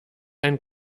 ein